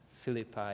Philippi